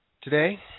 today